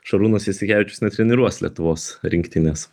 šarūnas jasikevičius netreniruos lietuvos rinktinės